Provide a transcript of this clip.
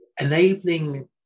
enabling